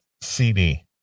CD